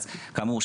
אז כאמור,